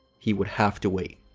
he would have to wait.